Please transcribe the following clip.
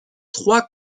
trois